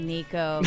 Nico